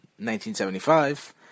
1975